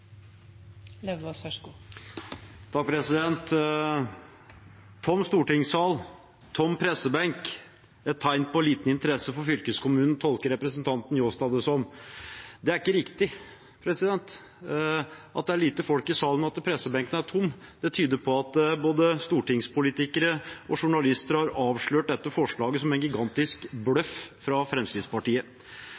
det som. Det er ikke riktig. At det er lite folk i salen, og at pressebenken er tom, tyder på at både stortingspolitikere og journalister har avslørt dette forslaget som en gigantisk